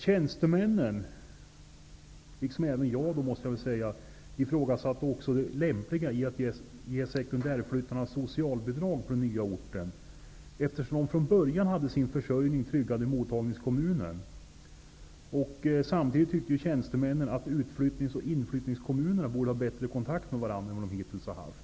Tjänstemännen, liksom jag, ifrågasatte också det lämpliga i att ge sekundärflyktingarna socialbidrag på den nya orten, eftersom de från början hade sin försörjning tryggad i mottagningskommunen. Samtidigt tyckte tjänstemännen att utflyttningsoch inflyttningskommunerna borde ha bättre kontakt med varandra än de hittills har haft.